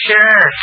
Sure